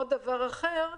ודבר אחר,